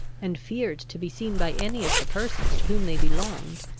and feared to be seen by any of the persons to whom they belonged,